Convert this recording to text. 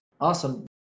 Awesome